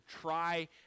try